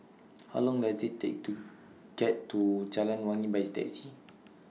How Long Does IT Take to get to Jalan Wangi By Taxi